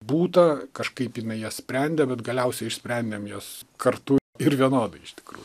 būta kažkaip jinai jas sprendė bet galiausiai išsprendėm jas kartu ir vienodai iš tikrųjų